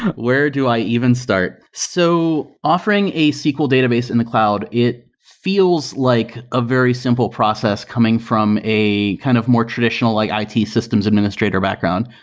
where do i even start? so offering a sql database in the cloud, it feels like a very simple process coming from a kind of more traditional like it systems administrator background.